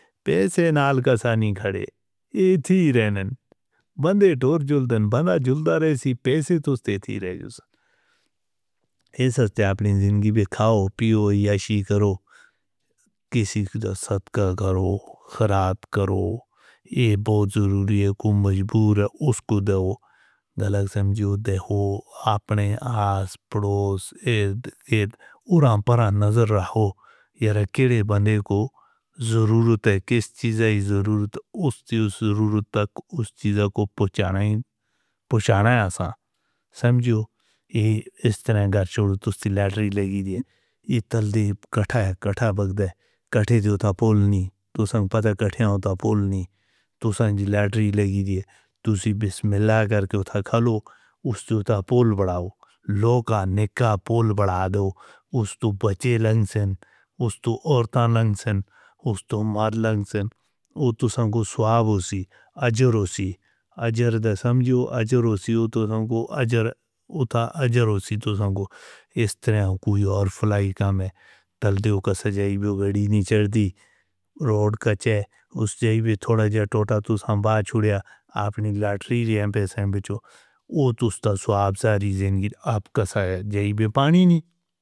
پیسے نال کیا سانئی کھڑے، ایہہ تھی رہنے، بندے دور جلدن، بنا جلدرے سی۔ پیسے توں ستے تھی رہیز، ایسا سٹے اپنے زندگی بے کھا ہو پیو یا شی کرو، کسی کوں ستا کرو، خراب کرو، ایہہ بو ضروری کوں مجبورا اسکو داواں۔ دلگ سمجھو دے ہو، آپ نے آس پروس، اید اید، اور امرا نظر رکھیں، ضروری نوں ضروری کریں۔ ٹھیک اے، تیس آی ضروری، اس تے سمجھو، سانجھو، اے ربّتا۔ کس تے آی پڑے؟ تیس آی بہتے، سانوں جیوݨ لے، سانجو راہ۔ اس تانگرے جو، اس تے لے دے، ایہہ تے انجام قضا یا قسمت بݨ دے۔ قضا دے اُتے کوئی نہیں، تو سنگت پا کرے تے وی اُتے نہیں، تو سند پا کرے تے وی اُتے نہیں، تو ربّ دے بس خالقِ طاقت۔ اس تے تاں پل بدلݨ، لوکاں دے پل بدلݨ، اس توں بچی لنگھݨ، اس توں باہر تان لنگھݨ، اس توں باہر لنگھݨ، اس سانگوں سواں اسی۔ اجر اسی، اجر دا سمجھو، اجر اسی، سانگوں اجر۔ اس سانگوں، اس تے نیاں کوئی ہور فلاح دا کم اے۔ تلدے دا سا جائی بیاہ دی نہیں چردی، روڈ دا چھیڑا، اس جائی بیاہ توں ٹُٹا۔ تو سامݨے چھوڑیا، اپݨی گلا تے رکھ پے سنگ بچو۔ اس سانواں سا رزق دی راہ، اپݨے جائی بیاہ پاݨی نہیں۔